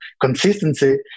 consistency